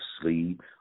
sleep